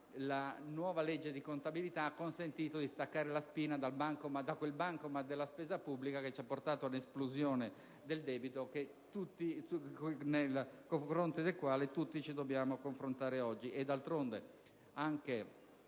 la nuova legge di contabilità ha consentito di staccare la spina dal bancomat della spesa pubblica, che ci ha portato all'esplosione di un debito con il quale oggi dobbiamo confrontarci